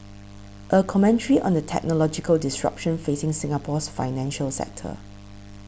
a commentary on the technological disruption facing Singapore's financial sector